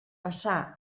passà